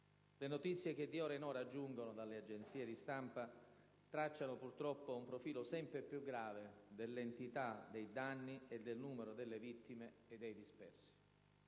Le notizie che di ora in ora giungono dalle agenzie di stampa tracciano purtroppo un profilo sempre più grave dell'entità dei danni e del numero delle vittime e dei dispersi.